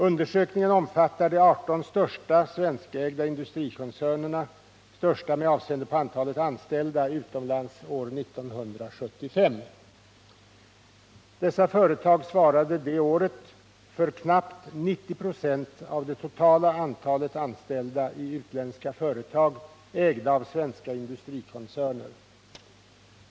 Undersökningen omfattar de 18 största svenskägda industrikoncernerna, största med avseende på antalet anställda utomlands år 1975. Dessa företag svarade det året för knappt 90 96 av det totala antalet anställda i utländska företag ägda av svenska industrikoncerner.